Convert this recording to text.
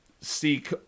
seek